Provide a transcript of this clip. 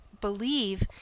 believe